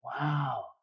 wow